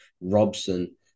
Robson